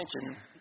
attention